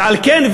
ועל כן,